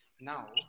Now